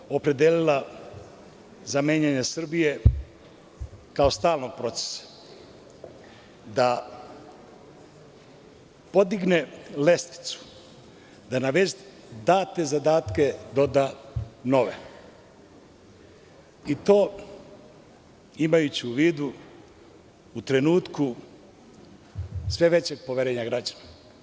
Vlada se opredelila za menjanje Srbije kao stalnog procesa, podigne lestvicu, da na već date zadatke doda nove i to imajući u vidu u trenutku sve većeg poverenja građana.